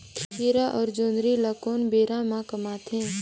खीरा अउ जोंदरी ल कोन बेरा म कमाथे?